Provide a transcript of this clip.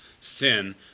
Sin